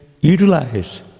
utilize